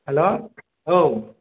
hello